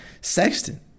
Sexton